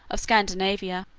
of scandinavia.